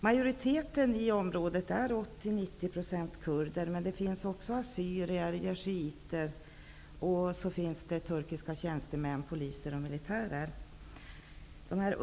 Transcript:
Majoriteten i området består till 80-90 % av kurder, men det finns också assyrier och shiiter samt turkiska tjänstemän, poliser och militärer.